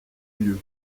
lieu